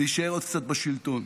להישאר עוד קצת בשלטון.